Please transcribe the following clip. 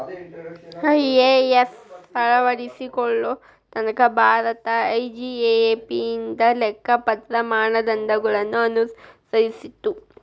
IAS ಅಳವಡಿಸಿಕೊಳ್ಳೊ ತನಕಾ Bharat IGAAP ಇಂದ ಲೆಕ್ಕಪತ್ರ ಮಾನದಂಡಗಳನ್ನ ಅನುಸರಿಸ್ತಿತ್ತು